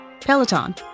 Peloton